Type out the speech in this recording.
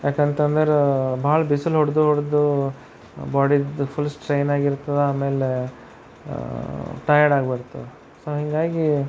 ಯಾಕಂತಂದರೆ ಭಾಳ ಬಿಸಿಲು ಹೊಡೆದು ಹೊಡೆದು ಬಾಡಿಲಿ ಫುಲ್ ಸ್ಟ್ರೈನ್ ಆಗಿರ್ತದ ಆಮೇಲೆ ಟಯರ್ಡ್ ಆಗ್ಬಿಡ್ತೇವೆ ಸೊ ಹಾಗಾಗಿ